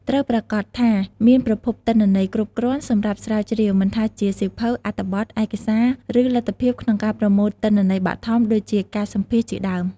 ត្រូវប្រាកដថាមានប្រភពទិន្នន័យគ្រប់គ្រាន់សម្រាប់ស្រាវជ្រាវ មិនថាជាសៀវភៅ អត្ថបទ ឯកសារ ឬលទ្ធភាពក្នុងការប្រមូលទិន្នន័យបឋម ដូចជាការសម្ភាសន៍ជាដើម។